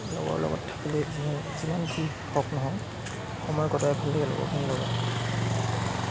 লগৰ লগত থাকিলে যিমান যি হওক নহওক সময় কটাই ভালে লাগে লগৰখিনিৰ লগত